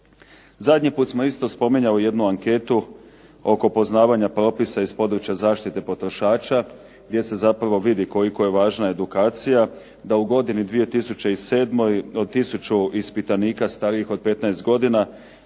Zadnji puta smo isto spominjali jednu anketu oko poznavanja propisa iz područja zaštite potrošača gdje se zapravo vidi koliko je važna edukacija, da u godini 2007. od tisuću ispitanika starijih od 15 godina,